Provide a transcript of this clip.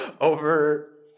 over